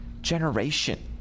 generation